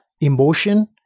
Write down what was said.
emotion